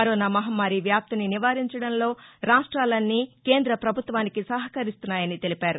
corona మహమ్మారి వ్యాప్తిని నివారించడంలో రాష్ట్రాలన్నీ కేంద్ర ప్రభుత్వానికి సహకరిస్తున్నాయని తెలిపారు